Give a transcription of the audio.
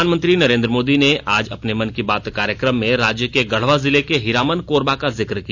प्रधानमंत्री नरेन्द्र मोदी ने आज अपने मन की बात कार्यक्रम में राज्य के गढ़वा जिले के हीरामन कोरबा का जिक किया